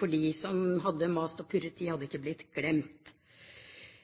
for de som hadde mast og purret, hadde ikke blitt glemt.